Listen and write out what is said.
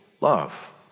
love